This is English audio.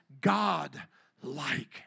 God-like